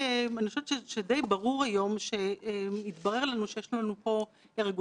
לצערנו בשלב הזה אמון על טובת הבנקים.